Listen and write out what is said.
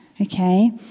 Okay